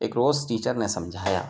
ایک روز ٹیچر نے سمجھایا